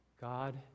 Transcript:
God